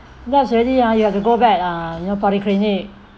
lapse already ah you have to go back ah ya polyclinic